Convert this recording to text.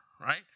right